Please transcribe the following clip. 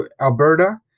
Alberta